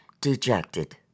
dejected